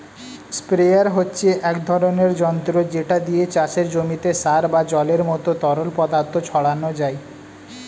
sprayer হচ্ছে এক ধরনের যন্ত্র যেটা দিয়ে চাষের জমিতে সার বা জলের মতো তরল পদার্থ ছড়ানো যায়